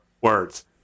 words